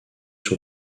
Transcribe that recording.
sur